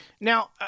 Now